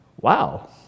wow